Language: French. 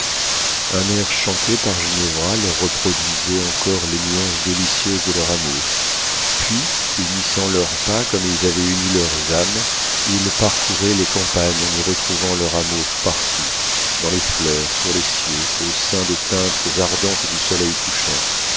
un air chanté par ginevra leur reproduisait encore les nuances délicieuses de leur amour puis unissant leurs pas comme ils avaient uni leurs âmes ils parcouraient les campagnes en y retrouvant leur amour partout dans les fleurs sur les cieux au sein des teintes ardentes du soleil couchant